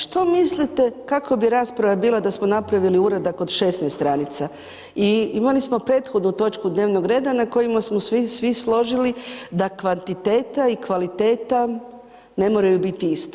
Što mislite kakva bi rasprava bila da smo napravi uradak od 16 stranica, i imali smo prethodnu točku dnevnog reda na kojima smo svi, svi se složili da kvantiteta i kvaliteta ne moraju biti isto.